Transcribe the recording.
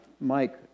Mike